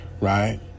right